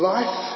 Life